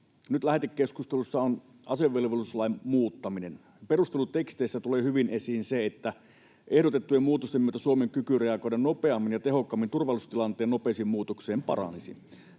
Nyt lähetekeskustelussa on asevelvollisuuslain muuttaminen. Perusteluteksteissä tulee hyvin esiin se, että ehdotettujen muutosten myötä Suomen kyky reagoida nopeammin ja tehokkaammin turvallisuustilanteen nopeaan muutokseen paranisi.